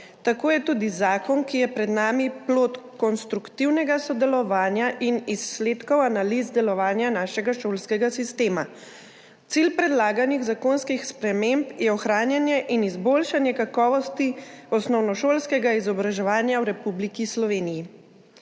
Tako je tudi zakon, ki je pred nami, plod konstruktivnega sodelovanja in izsledkov analiz delovanja našega šolskega sistema. Cilj predlaganih zakonskih sprememb je ohranjanje in izboljšanje kakovosti osnovnošolskega izobraževanja v Republiki Sloveniji.